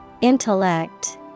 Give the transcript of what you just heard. Intellect